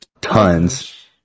tons